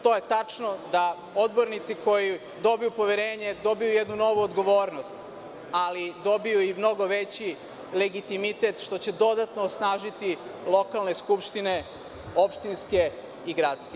Tačno je da odbornici koji dobiju poverenje dobiju i jednu novu odgovornost, ali dobiju i mnogo veći legitimitet, što će dodatno osnažiti lokalne skupštine, opštinske i gradske.